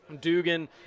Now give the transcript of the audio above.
Dugan